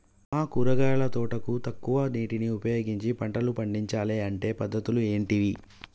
మా కూరగాయల తోటకు తక్కువ నీటిని ఉపయోగించి పంటలు పండించాలే అంటే పద్ధతులు ఏంటివి?